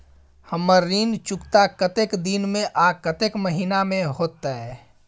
हमर ऋण चुकता कतेक दिन में आ कतेक महीना में होतै?